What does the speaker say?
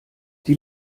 die